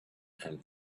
and